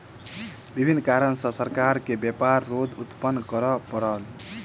विभिन्न कारण सॅ सरकार के व्यापार रोध उत्पन्न करअ पड़ल